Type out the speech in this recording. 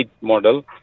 model